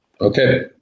Okay